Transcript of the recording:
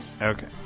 Okay